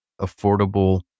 affordable